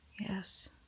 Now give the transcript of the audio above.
Yes